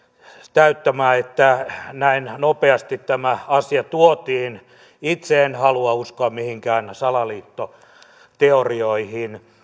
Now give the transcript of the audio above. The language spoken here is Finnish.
täyttämää että näin nopeasti tämä asia tuotiin itse en halua uskoa mihinkään salaliittoteorioihin